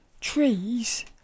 trees